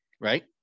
right